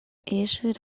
issued